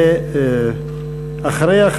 ואחריה,